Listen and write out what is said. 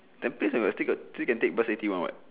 tampines still got still can take bus eighty one [what]